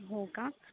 हो का